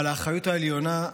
אבל האחריות העליונה,